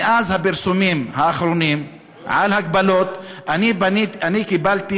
מאז הפרסומים האחרונים על הגבלות, קיבלתי